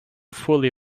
fully